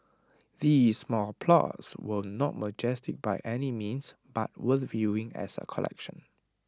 the small plots were not majestic by any means but worth viewing as A collection